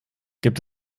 gibt